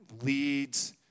leads